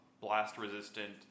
blast-resistant